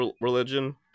religion